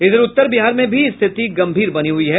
इधर उत्तर बिहार में भी स्थिति गंभीर बनी हुयी है